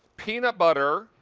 peanut butter,